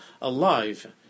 alive